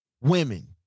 women